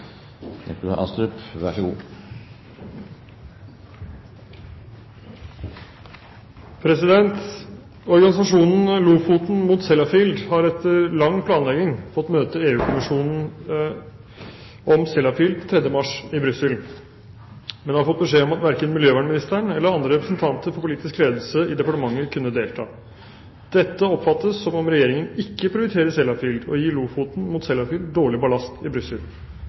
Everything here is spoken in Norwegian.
mot Sellafield» har etter lang planlegging fått møte EU-kommisjonen om Sellafield 3. mars i Brussel, men har fått beskjed om at verken miljøvernministeren eller andre representanter for politisk ledelse i departementet kunne delta. Dette oppfattes som om Regjeringen ikke prioriterer Sellafield, og gir «Lofoten mot Sellafield» dårlig ballast i Brussel.